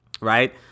right